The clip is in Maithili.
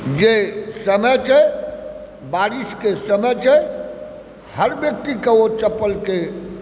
जे समय छै बारिशके समय छै हर व्यक्तिके ओ चपलके